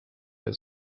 der